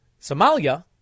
Somalia